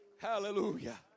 Hallelujah